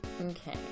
Okay